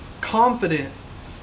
confidence